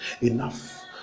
enough